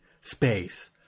space